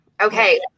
okay